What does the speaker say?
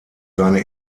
seine